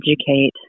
educate